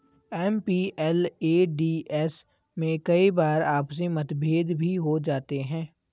MPLADS में कई बार आपसी मतभेद भी हो जाते हैं